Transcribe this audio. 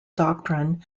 doctrine